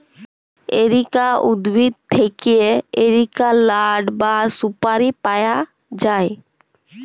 areca উদ্ভিদ থেক্যে এরিকা লাট বা সুপারি পায়া যায়